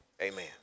amen